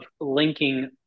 linking